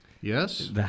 Yes